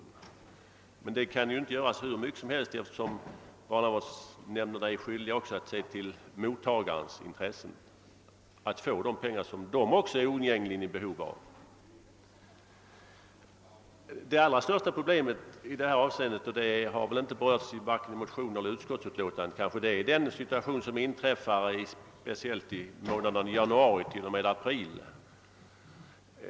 De kan emellertid inte gå hur långt som helst i denna strävan, eftersom barnavårdsnämnderna också är skyldiga att ta hänsyn till mottagarens intresse av att få de pengar som vederbörande oftast är i oundgängligt behov av. Det allra största problemet i detta sammanhang, som inte berörts i vare sig motionerna eller betänkandet, är speciellt aktuellt i månaderna januari t.o.m. april.